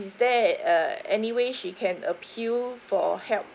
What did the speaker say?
is there uh anyway she can appeal for help